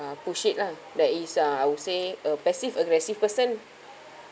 uh push it lah there is uh I would say a passive aggressive person